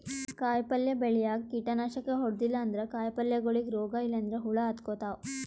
ಕಾಯಿಪಲ್ಯ ಬೆಳ್ಯಾಗ್ ಕೀಟನಾಶಕ್ ಹೊಡದಿಲ್ಲ ಅಂದ್ರ ಕಾಯಿಪಲ್ಯಗೋಳಿಗ್ ರೋಗ್ ಇಲ್ಲಂದ್ರ ಹುಳ ಹತ್ಕೊತಾವ್